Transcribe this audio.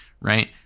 right